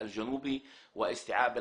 בבקשה.